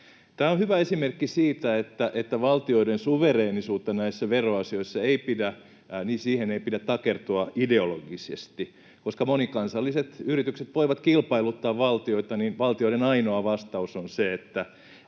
Tämä on hyvä esimerkki siitä, että valtioiden suvereenisuuteen näissä veroasioissa ei pidä takertua ideologisesti. Koska monikansalliset yritykset voivat kilpailuttaa valtioita, niin valtioiden ainoa vastaus on se, että